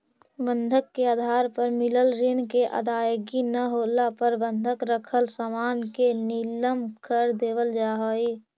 बंधक के आधार पर मिलल ऋण के अदायगी न होला पर बंधक रखल सामान के नीलम कर देवल जा हई